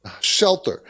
shelter